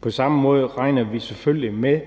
På samme måde regner vi selvfølgelig med,